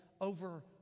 over